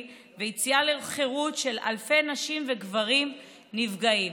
ויציאה לחירות של אלפי נשים וגברים נפגעים.